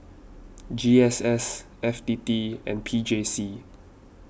G S S F T T and P J C